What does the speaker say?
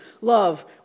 love